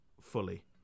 fully